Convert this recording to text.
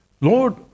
lord